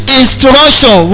instruction